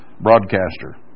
broadcaster